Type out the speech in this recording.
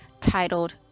titled